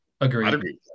agreed